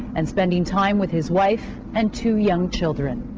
and spending time with his wife and two young children.